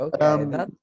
okay